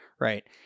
right